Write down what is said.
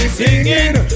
singing